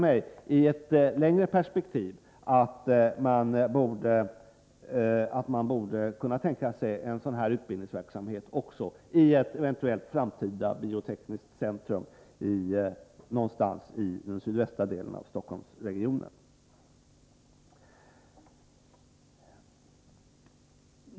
Man borde, i ett längre perspektiv, kunna tänka sig en sådan utbildning också i ett eventuellt framtida biotekniskt centrum någonstans i den sydvästra delen av Stockholmsregionen.